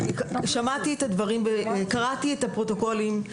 קראתי את הפרוטוקולים,